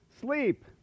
Sleep